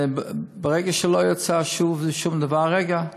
ברגע שלא יצא שום דבר, רגע,